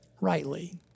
rightly